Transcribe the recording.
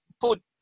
put